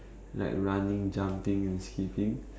like running jumping and sleeping